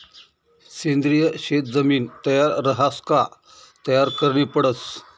सेंद्रिय शेत जमीन तयार रहास का तयार करनी पडस